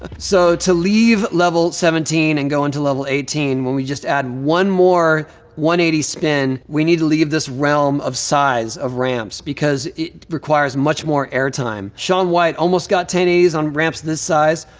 ah so to leave level seventeen and go into level eighteen, when we just add one more one hundred and eighty spin, we need to leave this realm of size of ramps because it requires much more air time. shaun white almost got ten eighty s on ramps this size,